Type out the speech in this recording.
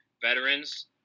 veterans